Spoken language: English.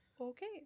Okay